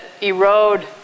erode